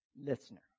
listener